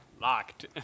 Locked